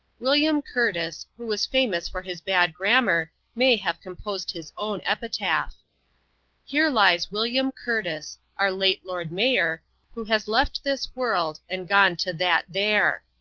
william curtis, who was famous for his bad grammar, may have composed his own epitaph here lies william curtis our late lord mayor who has left this world, and gone to that there.